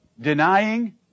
denying